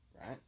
right